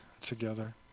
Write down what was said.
together